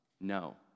No